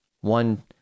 one